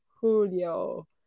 Julio